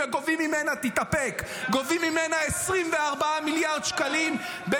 נכון, אושר שקלים?